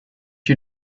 you